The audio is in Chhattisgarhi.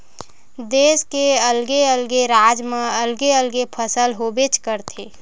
देस के अलगे अलगे राज म अलगे अलगे फसल होबेच करथे